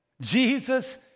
Jesus